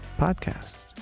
podcast